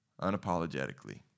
Unapologetically